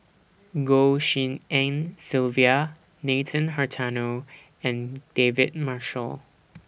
Goh Tshin En Sylvia Nathan Hartono and David Marshall